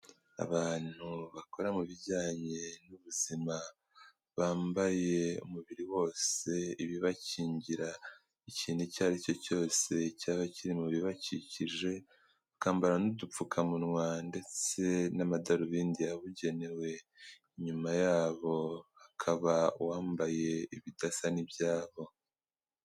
Abantu bakora mu bijyanye n'ubuzima bambaye umubiri wose ibibakingira ikintu icyo ari cyo cyose cyaba kiri mu bibakikije, bakambara n'udupfukamunwa ndetse n'amadarubindi yabugenewe, inyuma yabo hakaba uwambaye ibidasa n'ibyabo.